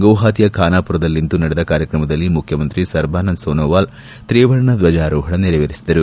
ಗುವಹಾತಿಯ ಬಾನಾಪಾರಾದಲ್ಲಿ ನಡೆದ ಕಾರ್ಯಕ್ರಮದಲ್ಲಿ ಮುಖ್ಯಮಂತ್ರಿ ಸರ್ಬಾನಂದ್ ಸೋನೋವಾಲ್ ತ್ರಿವರ್ಣ ಧ್ವಜಾರೋಹಣ ನೆರವೇರಿಸಿದರು